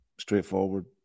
straightforward